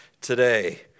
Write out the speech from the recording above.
today